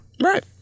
Right